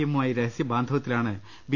എമ്മുമായി രഹസ്യബാ ന്ധവത്തിലാണ് ബി